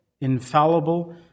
infallible